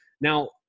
Now